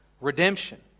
Redemption